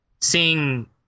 seeing